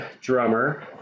drummer